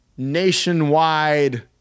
Nationwide